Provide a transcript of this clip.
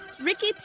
Ricky